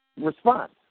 response